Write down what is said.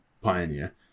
Pioneer